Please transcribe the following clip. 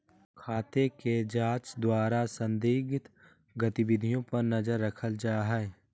खाते के जांच द्वारा संदिग्ध गतिविधियों पर नजर रखल जा हइ